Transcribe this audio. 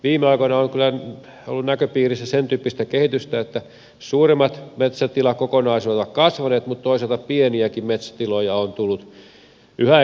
viime aikoina on kyllä ollut näköpiirissä sentyyppistä kehitystä että suurimmat metsätilakokonaisuudet ovat kasvaneet mutta toisaalta pieniäkin metsätiloja on tullut yhä enemmän